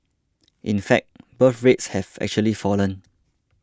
in fact birth rates have actually fallen